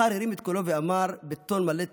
אחר הרים את קולו ואמר בטון מלא תקווה: